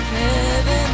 heaven